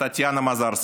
וטטיאנה מזרסקי.